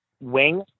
wing